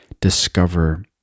discover